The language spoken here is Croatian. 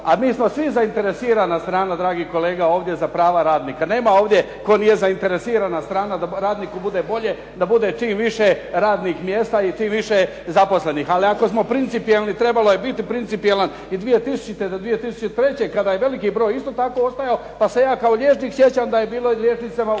A mi smo svi zainteresirana strana dragi kolega za prava radnika, nema ovdje tko nije zainteresirana strana da radniku bude bolje, da bude čim više radnih mjesta i čim više zaposlenih. Ali ako smo principijelni trebalo je biti principijelan i 2000. do 2003. kada je veliki broj isto tako ostajao, pa se ja kao liječnik sjećam da je bila liječnicima uvedena